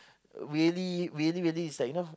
really really really is like you know